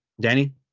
Danny